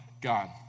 God